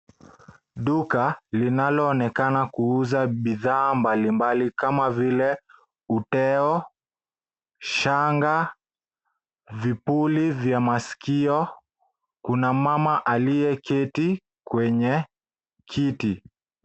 Duka linaloonekana kuuza bidhaa mbali mbali kama vile: uteo, shanga, vipuli vya masikio. Kuna mmama aliyeketi kwenye kiti.